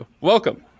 welcome